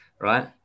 right